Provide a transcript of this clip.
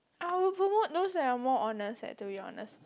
I will promote those that are more honest leh to be honest